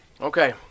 Okay